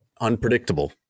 unpredictable